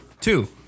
Two